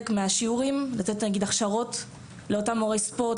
מהשיעורים לתת הכשרות לאותם מורי ספורט,